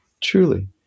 truly